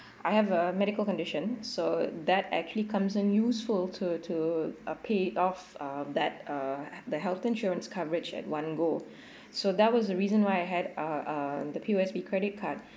I have a medical condition so that actually comes in useful to to uh paid off um that uh the health insurance coverage at one go so that was the reason why I had uh uh the P_O_S_B credit card